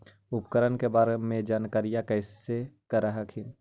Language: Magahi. उपकरण के बारे जानकारीया कैसे कर हखिन?